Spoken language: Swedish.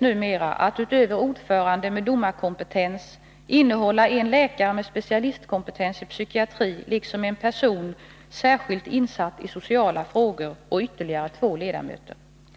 numera utöver ordförande med domarkompetens skall innefatta en läkare med specialistkompetens i psykiatri liksom en person särskilt insatt i sociala frågor och ytterligare två ledamöter.